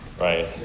right